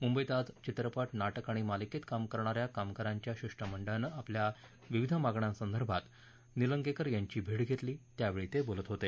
मुंबईत आज चित्रपट नाटक आणि मालिकेत काम करणाऱ्या कामगारांच्या शिष्टमंडळानं आपल्या विविध मागण्यांसंदर्भात निलंगेकर यांची भेट घेतली त्यावेळी ते बोलत होते